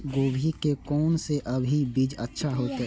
गोभी के कोन से अभी बीज अच्छा होते?